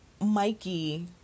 Mikey